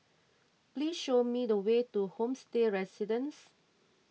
please show me the way to Homestay Residences